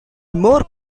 more